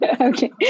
Okay